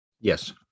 Yes